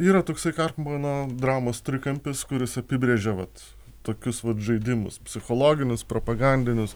yra toksai karpmano dramos trikampis kuris apibrėžia vat tokius vat žaidimus psichologinius propagandinius